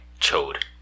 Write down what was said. chode